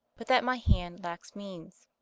but that my hand lacks means.